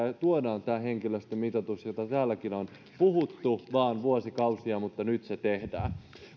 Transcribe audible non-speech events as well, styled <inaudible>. <unintelligible> ja tuodaan tämä henkilöstömitoitus josta täälläkin on vain puhuttu vuosikausia mutta nyt se tehdään